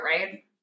right